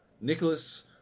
Nicholas